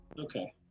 Okay